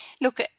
look